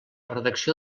redacció